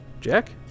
Jack